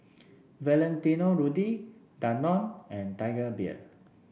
Valentino Rudy Danone and Tiger Beer